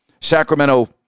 Sacramento